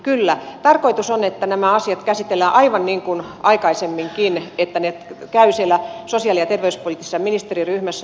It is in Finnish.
kyllä tarkoitus on että nämä asiat käsitellään aivan niin kuin aikaisemminkin että ne käyvät siellä sosiaali ja terveyspoliittisessa ministeriryhmässä